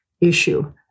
issue